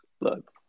look